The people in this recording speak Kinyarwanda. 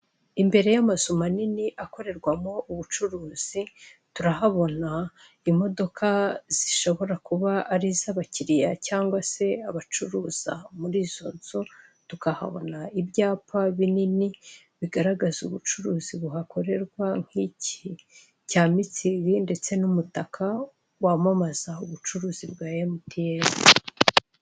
Imbere y'amazu manini akorerwamo ubucuruzi turahabona imodoka zishobora kuba ari iz'abakiriya cyangwa se abacuruza muri izo nzu, tukahabona ibyapa binini bigaragaza ubucuruzi buhakorerwa nk'iki cya Miitzing, ndetse n'umutaka wamamaza ubucuruzi bwa MTN.